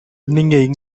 நீங்க